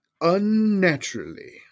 Unnaturally